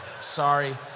sorry